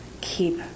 keep